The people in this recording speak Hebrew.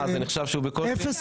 זה נחשב בקושי?